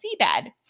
seabed